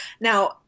Now